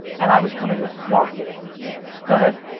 and i was coming with marketing. yeah. go ahead.